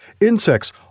Insects